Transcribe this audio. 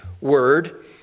word